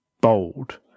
bold